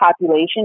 population